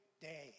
day